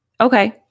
Okay